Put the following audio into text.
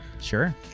Sure